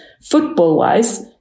football-wise